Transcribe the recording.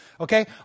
Okay